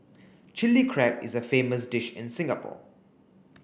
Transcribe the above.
Chilli Crab is a famous dish in Singapore